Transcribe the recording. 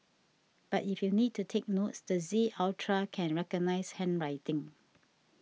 but if you need to take notes the Z Ultra can recognise handwriting